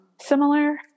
similar